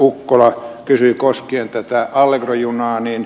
ukkola kysyi koskien tätä allegro junaa